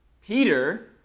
Peter